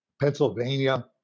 Pennsylvania